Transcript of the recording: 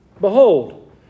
behold